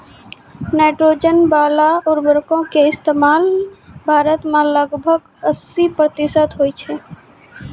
nitrogen बाला उर्वरको के इस्तेमाल भारत मे लगभग अस्सी प्रतिशत होय छै